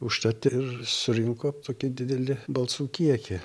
užtat ir surinko tokį didelį balsų kiekį